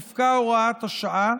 תפקע הוראת השעה,